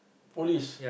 police